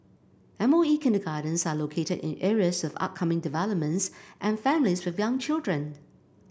M O E kindergartens are located in areas with upcoming developments and families with young children